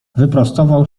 wyprostował